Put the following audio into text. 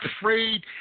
afraid